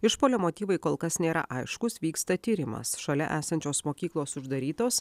išpuolio motyvai kol kas nėra aiškūs vyksta tyrimas šalia esančios mokyklos uždarytos